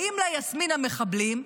באים ליסמין המחבלים,